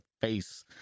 face